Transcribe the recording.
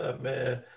man